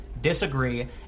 disagree